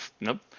nope